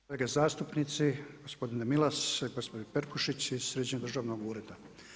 Kolege zastupnici, gospodine Milas, gospodin Perkušić i Središnjeg državnog ureda.